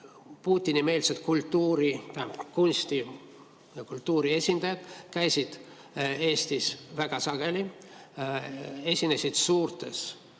Putini-meelsed kunsti- ja kultuuriesindajad käisid Eestis väga sageli, esinesid suurtes